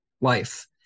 life